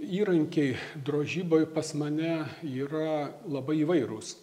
įrankiai drožyboj pas mane yra labai įvairūs